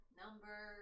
number